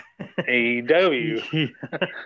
AEW